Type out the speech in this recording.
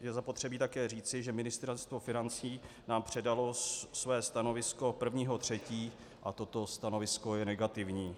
Je zapotřebí také říci, že Ministerstvo financí nám předalo své stanovisko 1. 3. a toto stanovisko je negativní.